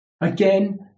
Again